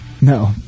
No